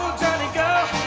johnny go,